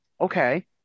Okay